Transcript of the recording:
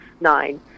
nine